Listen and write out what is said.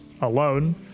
alone